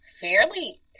fairly